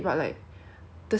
eat the rest of the thing leh